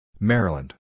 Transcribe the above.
Maryland